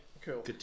cool